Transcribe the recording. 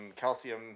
calcium